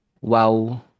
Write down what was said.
wow